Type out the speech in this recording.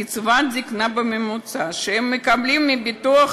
קצבת הזיקנה הממוצעת שהם מקבלים מהביטוח